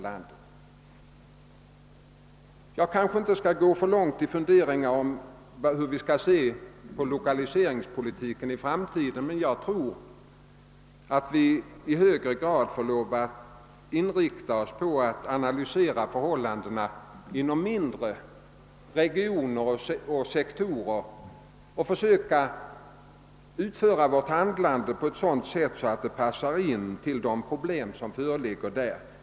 Jag skall kanske inte gå alltför långt i mina funderingar om hur vi bör se på lokaliseringspolitiken i framtiden, men jag tror att vi i högre grad än hittills får lov att inrikta oss på att analysera förhållandena inom mindre regioner och sektorer och försöka anpassa vårt handlande efter de problem som där föreligger.